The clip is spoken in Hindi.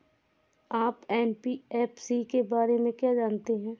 आप एन.बी.एफ.सी के बारे में क्या जानते हैं?